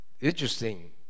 Interesting